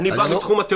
אבל זו דעתך.